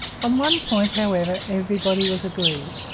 on one point, however, everybody was agreed.